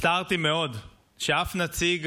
הצטערתי מאוד שאף נציג